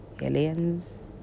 aliens